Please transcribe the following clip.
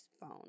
phone